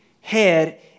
head